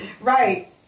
Right